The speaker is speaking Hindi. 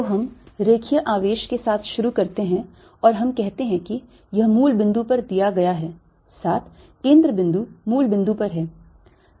तो हम रेखीय आवेश के साथ शुरू करते हैं और हम कहते हैं कि यह मूल बिंदु पर दिया गया है साथ केंद्र बिंदु मूल बिंदु पर है